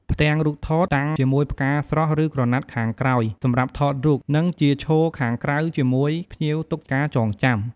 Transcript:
ផ្ទាំងរូបថត តាំងជាមួយផ្កាស្រស់ឬក្រណាត់ខាងក្រោយ សម្រាប់ថតរូប និងជាឈរខាងក្រៅជាមួយភ្ញៀវទុកការចងចាំ។